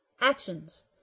Actions